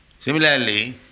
Similarly